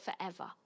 forever